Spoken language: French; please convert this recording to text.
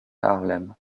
harlem